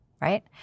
right